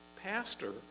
pastor